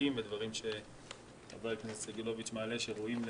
נזקים ודברים שחבר הכנסת סגלוביץ' מעלה ושראויים לדיון.